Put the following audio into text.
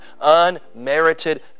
unmerited